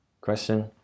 question